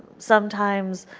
sometimes